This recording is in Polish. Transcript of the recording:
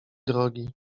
drogi